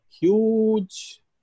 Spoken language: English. huge